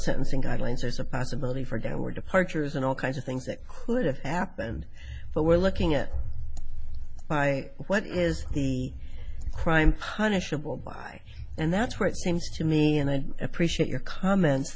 sentencing guidelines there's a possibility for going to war departures and all kinds of things that could have happened but we're looking at by what is the crime punishable by and that's where it seems to me and i appreciate your comments